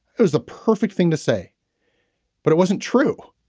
it was the perfect thing to say but it wasn't true.